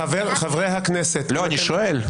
חברי הכנסת --- אני שואל.